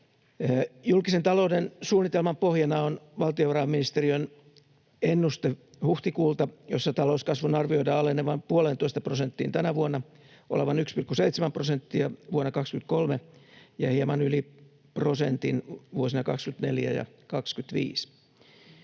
Julkisen talouden suunnitelman pohjana on valtiovarainministeriön ennuste huhtikuulta, jossa talouskasvun arvioidaan alenevan 1,5 prosenttiin tänä vuonna, olevan 1,7 prosenttia vuonna 23 ja hieman yli prosentin vuosina 24 ja 25.